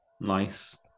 Nice